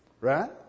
right